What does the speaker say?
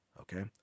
okay